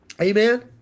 Amen